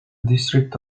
district